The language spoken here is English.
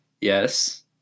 yes